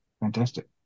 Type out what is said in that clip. Fantastic